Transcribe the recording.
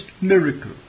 Miracle